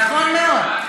נכון מאוד.